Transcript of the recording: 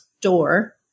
door